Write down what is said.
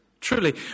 Truly